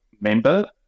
member